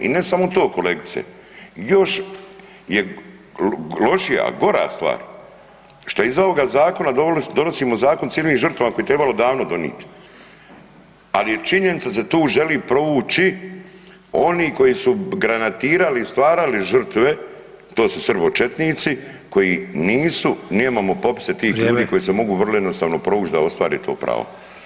I ne samo to kolegice, još je lošija, gora stvar što iza ovog zakona donosimo Zakon o civilnim žrtvama koje je trebalo davno donit, ali činjenica je da se tu želi provući oni koji su granatirali i stvarali žrtve, to su srbočetnici koji nisu nemamo popise tih ljudi koji se mogu vrlo jednostavno provuć da ostvare to pravo.